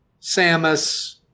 Samus